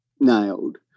nailed